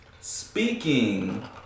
Speaking